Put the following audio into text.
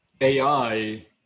AI